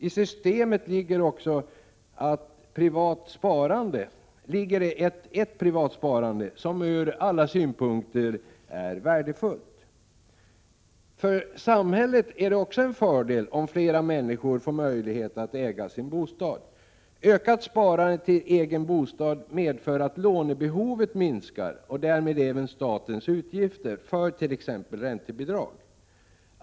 I systemet ligger också ett privat sparande, som ur alla synpunkter är värdefullt. För samhället är det också en fördel om fler människor får möjlighet att äga sin bostad. Ökat sparande till egen bostad medför att lånebehovet minskar och därmed även statens utgifter för t.ex. räntebidrag.